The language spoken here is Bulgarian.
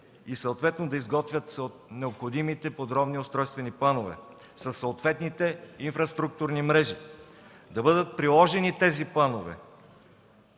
и съответно да изготвят необходимите подробни устройствени планове със съответните инфраструктурни мрежи. Тези планове